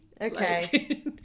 Okay